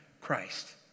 Christ